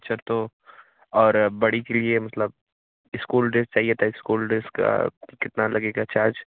अच्छा तो और बड़ी के लिए इस्कूल ड्रेस चाहिए मतलब स्कूल ड्रेस चाहिए था स्कूल ड्रेस का कितना लगेगा चार्ज